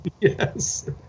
yes